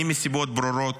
אני, מסיבות ברורות,